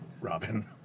Robin